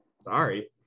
Sorry